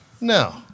No